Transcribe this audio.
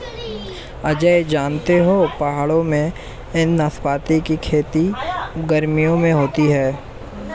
अजय जानते हो पहाड़ों में नाशपाती की खेती गर्मियों में होती है